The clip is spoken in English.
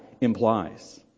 implies